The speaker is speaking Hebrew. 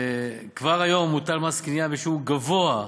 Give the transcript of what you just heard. כבר היום מוטל מס קנייה בשיעור גבוה,